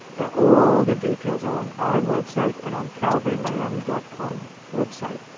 all the details are on our website and on calvarymiami dot com website.